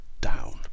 down